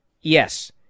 yes